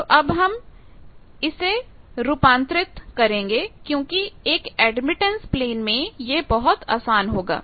तो अब हमें इसे रूपांतरित करना होगा क्योंकि एक एडमिटेंस प्लेन में यह बहुत आसान होगा